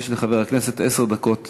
יש לחבר הכנסת עשר דקות